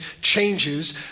changes